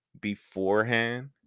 beforehand